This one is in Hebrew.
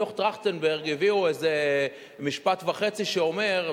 בדוח-טרכטנברג הביאו איזה משפט וחצי שאומר,